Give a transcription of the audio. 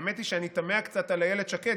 האמת היא שאני תמה קצת על אילת שקד.